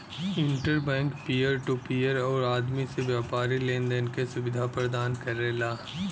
inter bank peer to peer आउर आदमी से व्यापारी लेन देन क सुविधा प्रदान करला